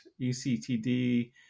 ECTD